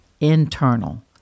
internal